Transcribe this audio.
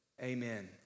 Amen